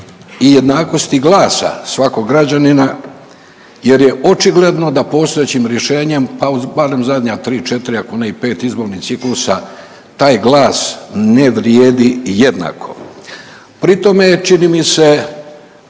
i jednakosti glasa svakog građanina jer je očigledno da postojećim rješenjem pa u barem zadnje 3, 4 ako i ne 5 izbornih ciklusa taj glas ne vrijedi jednako. Pri tome je čini mi se